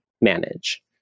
manage